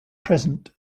present